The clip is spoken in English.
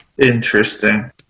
Interesting